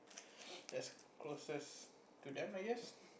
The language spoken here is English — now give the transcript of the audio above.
that's closest to them I guess